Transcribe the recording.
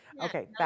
Okay